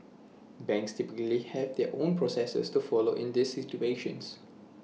banks typically have their own processes to follow in these situations